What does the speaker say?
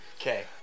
Okay